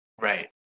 Right